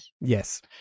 Yes